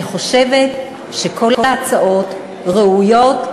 אני חושבת שכל ההצעות ראויות,